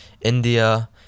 India